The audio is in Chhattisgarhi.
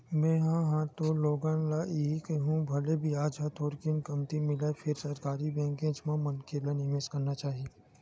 में हा ह तो लोगन ल इही कहिहूँ भले बियाज ह थोरकिन कमती मिलय फेर सरकारी बेंकेच म मनखे ल निवेस करना चाही